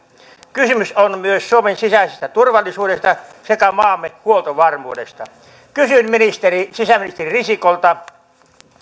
kysymys on myös suomen sisäisestä turvallisuudesta sekä maamme huoltovarmuudesta kysyn sisäministeri risikolta